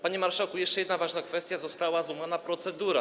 Panie marszałku, jeszcze jedna ważna kwestia - została złamana procedura.